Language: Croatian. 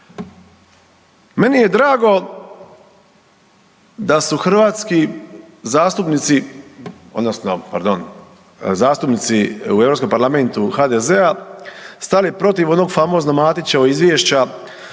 odnosno pardon zastupnici u Europskom parlamentu HDZ-a stali protiv onog famoznog Matićevog izvješća